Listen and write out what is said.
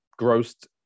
grossed